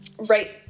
Right